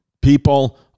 people